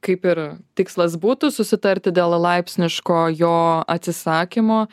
kaip ir tikslas būtų susitarti dėl laipsniško jo atsisakymo